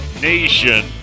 Nation